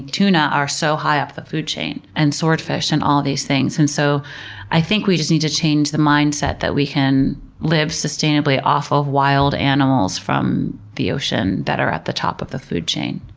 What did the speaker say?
tuna are so high up the food chain, and swordfish, and all these things. and so i think we just need to change the mindset that we can live sustainably off of wild animals from the ocean that are at the top of the food chain.